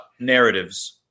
narratives